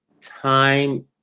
time